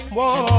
Whoa